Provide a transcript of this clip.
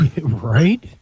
Right